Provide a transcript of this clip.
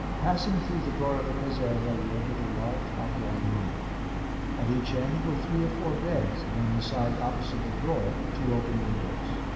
passing through the door of the caserma we entered a large oblong room at each end were three or four beds and on the side opposite the door two open windows.